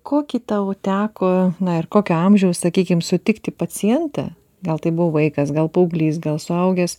kokį tau teko na ir kokio amžiaus sakykim sutikti pacientą gal tai buvo vaikas gal paauglys gal suaugęs